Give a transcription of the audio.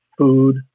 food